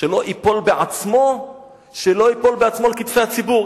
שלא ייפול בעצמו על כתפי הציבור,